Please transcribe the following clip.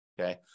Okay